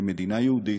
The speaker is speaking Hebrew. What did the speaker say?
כמדינה יהודית,